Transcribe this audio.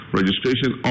registration